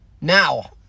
Now